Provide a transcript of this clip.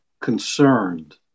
concerned